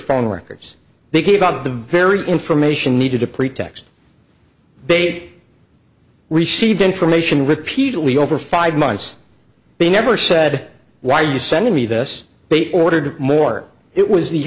phone records they gave out the very information needed to pretext bait received information repeatedly over five months they never said why are you sending me this bait ordered more it was the